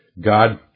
God